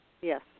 Yes